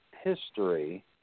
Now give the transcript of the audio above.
history